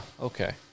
Okay